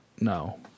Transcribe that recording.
No